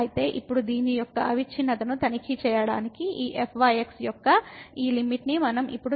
కాబట్టి ఇప్పుడు దీని యొక్క అవిచ్ఛిన్నతను తనిఖీ చేయడానికి ఈ fyx యొక్క ఈ లిమిట్ ని మనం ఇప్పుడు తీసుకోవాలి